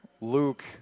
Luke